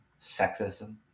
sexism